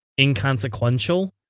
inconsequential